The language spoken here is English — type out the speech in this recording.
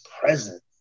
presence